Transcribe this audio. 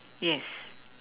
yes